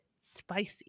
spicy